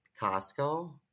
Costco